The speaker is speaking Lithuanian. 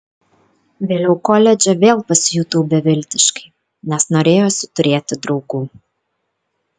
vėliau koledže vėl pasijutau beviltiškai nes norėjosi turėti draugų